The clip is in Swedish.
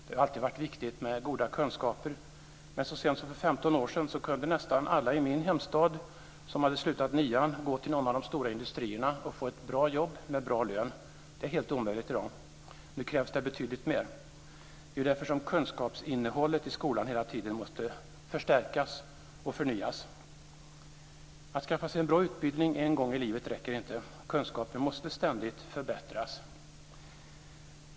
Det har alltid varit viktigt med goda kunskaper, men så sent som för 15 år sedan kunde nästan alla i min hemstad som hade slutat årskurs 9 gå till någon av de stora industrierna och få ett bra jobb med bra lön. Det är helt omöjligt i dag. Nu krävs det betydligt mer. Det är därför som kunskapsinnehållet i skolan hela tiden måste förstärkas och förnyas. Att skaffa sig en bra utbildning en gång i livet räcker inte. Kunskaper måste ständigt förbättras.